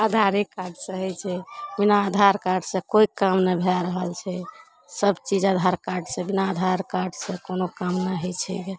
आधारे कार्डसे होइ छै बिना आधार कार्डसे कोइ काम नहि भए रहल छै सबचीज आधार कार्डसे बिना आधार कार्डसे कोनो काम नहि होइ छै गे